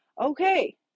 Okay